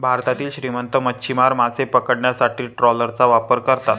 भारतातील श्रीमंत मच्छीमार मासे पकडण्यासाठी ट्रॉलरचा वापर करतात